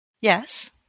yes